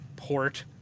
port